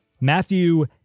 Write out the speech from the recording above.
Matthew